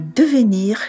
devenir